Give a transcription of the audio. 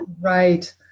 Right